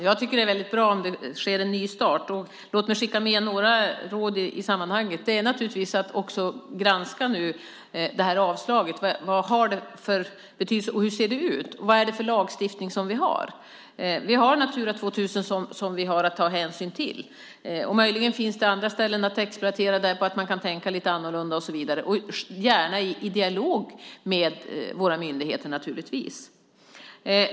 Herr talman! Det är väldigt bra om det sker en nystart. Låt mig skicka med några råd i sammanhanget. Det gäller att nu granska avslaget. Vad har det för betydelse, och hur ser det ut? Vad är det för lagstiftning vi har? Vi har att ta hänsyn till Natura 2000. Möjligen finns det andra ställen att exploatera där man kan tänka lite annorlunda och så vidare. Det kan gärna ske i dialog med våra myndigheter.